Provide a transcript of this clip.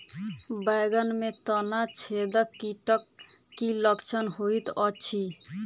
बैंगन मे तना छेदक कीटक की लक्षण होइत अछि?